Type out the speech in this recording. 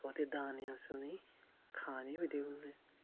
ओहदे दाने अस उनेंगी खाने च बी देई ओड़ने होन्ने